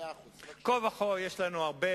אדוני היושב-ראש, בין כה וכה יש לנו הרבה